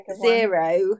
zero